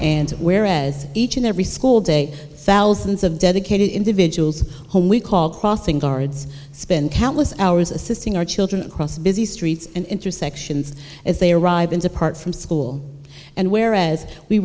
and where as each and every school day thousands of dedicated individuals home we call crossing guards spend countless hours assisting our children across busy streets and intersections as they arrive and depart from school and whereas we